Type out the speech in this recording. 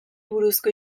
buruzko